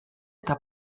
eta